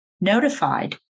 Notified